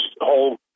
whole